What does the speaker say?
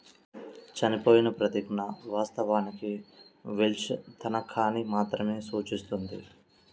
చనిపోయిన ప్రతిజ్ఞ, వాస్తవానికి వెల్ష్ తనఖాని మాత్రమే సూచిస్తుంది